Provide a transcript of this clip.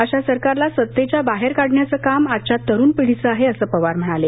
अशा सरकारला सत्तेच्या बाहेर काढण्याचं काम आजच्या तरूण पिढीचं आहे असं पवार म्हणाले